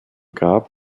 grab